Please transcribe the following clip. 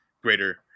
greater